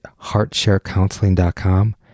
heartsharecounseling.com